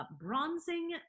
bronzing